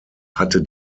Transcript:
hatte